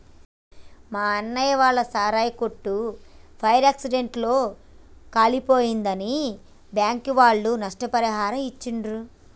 మా అన్నయ్య వాళ్ళ సారాయి కొట్టు ఫైర్ యాక్సిడెంట్ లో కాలిపోయిందని బ్యాంకుల వాళ్ళు నష్టపరిహారాన్ని ఇచ్చిర్రు